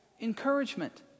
encouragement